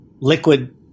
liquid